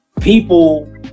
people